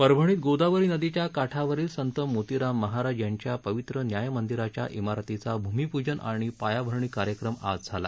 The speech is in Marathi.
परभणीत गोदावरी नदीच्या काठावरील संत मोतीराम महाराज यांच्या पवित्र न्याय मंदिराच्या इमारतीचा भूमिपूजन आणि पायाभरणी कार्यक्रम आज झाला